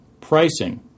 Pricing